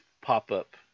pop-up